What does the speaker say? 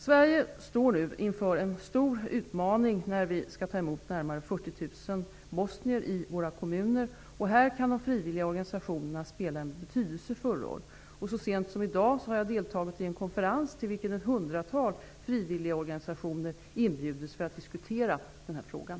Sverige står nu inför en stor utmaning när vi skall ta emot närmare 40 000 bosnier i våra kommuner, och här kan de frivilliga organisationerna spela en betydelsefull roll. Så sent som i dag har jag deltagit i en konferens till vilken ett hundratal frivilliga organisationer inbjudits för att diskutera den här frågan.